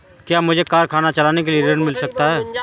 क्या मुझे कारखाना चलाने के लिए ऋण मिल सकता है?